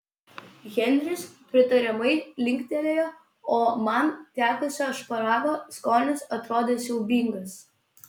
henris pritariamai linktelėjo o man tekusio šparago skonis atrodė siaubingas